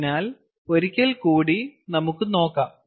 അതിനാൽ ഒരിക്കൽ കൂടി നമുക്ക് നോക്കാം